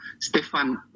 Stefan